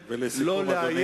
אדוני, לסיכום.